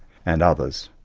and others,